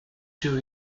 two